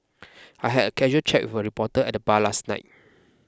I had a casual chat with a reporter at the bar last night